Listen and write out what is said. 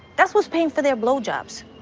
that's what's paying for their blow jobs.